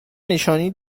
نشانی